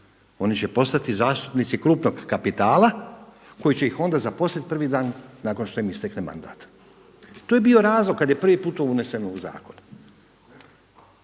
oni će postati zastupnici krupnog kapitala koji će ih onda zaposliti prvi dan nakon što im istekne mandat, to je bio razlog kada je to prvi put to uneseno u zakon.